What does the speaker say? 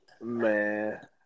Man